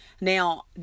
Now